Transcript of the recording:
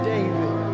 David